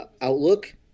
outlook